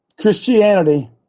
Christianity